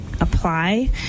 apply